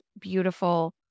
beautiful